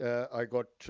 i got